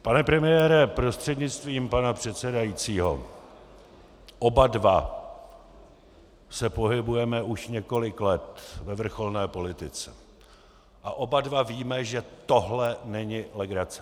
Pane premiére prostřednictvím pana předsedajícího, oba dva se pohybujeme už několik let ve vrcholné politice a oba dva víme, že tohle není legrace.